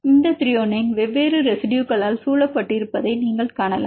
இந்த Thr வெவ்வேறு ரெசிடுயுகளால் சூழப்பட்டிருப்பதை நீங்கள் காணலாம்